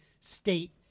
state